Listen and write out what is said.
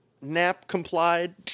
NAP-complied